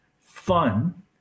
fun